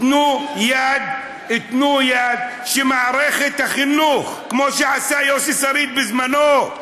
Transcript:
תנו יד שבמערכת החינוך, כמו שעשה יוסי שריד בזמנו,